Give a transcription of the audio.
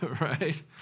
right